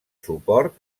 suport